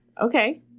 Okay